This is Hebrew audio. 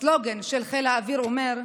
הסלוגן של חיל האוויר אומר: